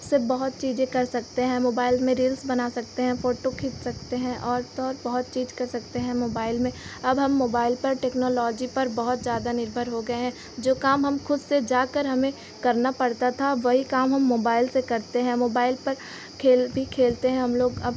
से बहुत चीज़ें कर सकते हैं मोबाइल में रील्स बना सकते हैं फ़ोटो खींच सकते हैं और तो और बहुत चीज़ कर सकते हैं मोबाइल में अब हम मोबाइल पर टेक्नोलॉजी पर बहुत ज़्यादा निर्भर हो गए हैं जो काम हम खुद से जाकर हमें करना पड़ता था अब वही काम हम मोबाइल से करते हैं मोबाइल पर खेल भी खेलते हैं हम लोग अब